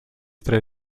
tre